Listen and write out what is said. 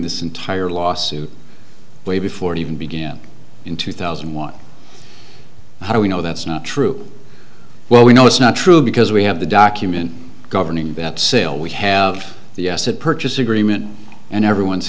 this entire lawsuit way before it even began in two thousand and one how do we know that's not true well we know it's not true because we have the document governing that sale we have the asset purchase agreement and everyone's